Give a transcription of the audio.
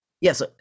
yes